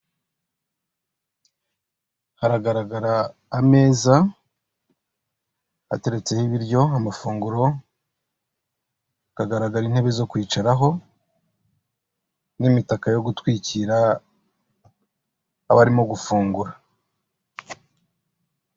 Haragaragara ameza ateretseho ibiryo amafunguro akagaragara intebe zo kwicaraho n'imitaka yo gutwikira abarimo gufungura.